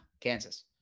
Kansas